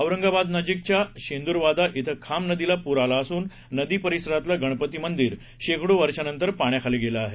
औरंगाबादनजीकच्या शेंदूरवादा क्वि खाम नदीला पूर आला असून नदी परिसरातलं गणपती मंदिर शेकडो वर्षांनंतर पाण्याखाली गेलं आहे